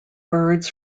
birds